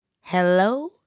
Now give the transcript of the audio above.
Hello